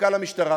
ומפכ"ל המשטרה.